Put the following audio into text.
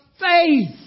faith